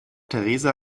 theresa